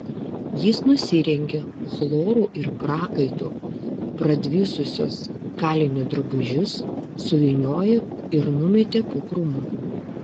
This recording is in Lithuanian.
jis nusirengė chloru ir prakaitu pradvisusius kalinio drabužius suvyniojo ir numetė po krūmu